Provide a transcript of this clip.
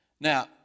Now